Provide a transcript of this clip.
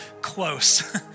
close